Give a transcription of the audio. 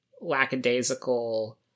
lackadaisical